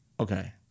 Okay